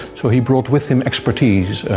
so he brought with him expertise,